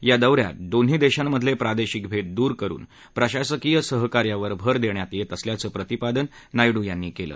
या दौ यात दोन्ही देशांमधले प्रादेशिक भेद दूरकरुन प्रशासकीय सहकार्यावर भर देण्यात येत असल्याचं प्रतिपादन नायडू यांनी केलं